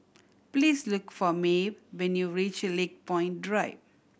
please look for Maeve when you reach Lakepoint Drive